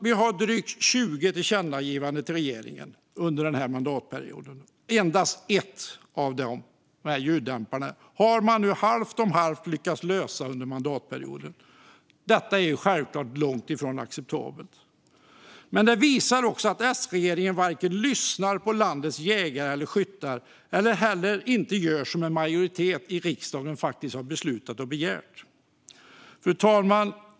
Vi har gjort drygt 20 tillkännagivanden till regeringen under den här mandatperioden. Endast ett av dem, om ljuddämpare, har man nu halvt om halvt lyckats lösa under mandatperioden. Detta är självklart långt ifrån acceptabelt. Men det visar att S-regeringen varken lyssnar på landets jägare och skyttar eller gör som en majoritet i riksdagen faktiskt har beslutat om och begärt.